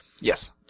Yes